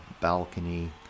balcony